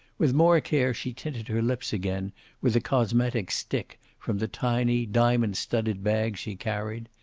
with more care she tinted her lips again with a cosmetic stick from the tiny, diamond-studded bag she carried.